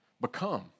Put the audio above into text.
become